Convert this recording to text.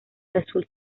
azul